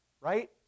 right